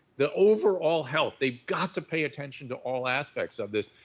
the overall health. they got to pay attention to all aspects of this,